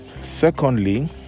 Secondly